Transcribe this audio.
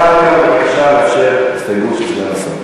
בבקשה, הסתייגות של סגן השר.